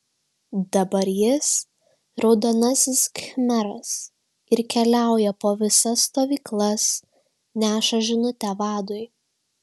dabar jis raudonasis khmeras ir keliauja po visas stovyklas neša žinutę vadui